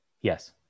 yes